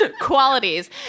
qualities